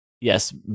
Yes